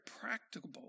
practical